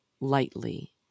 lightly